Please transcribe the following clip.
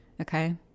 Okay